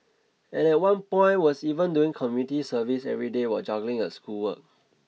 and at one point was even doing community service every day while juggling her schoolwork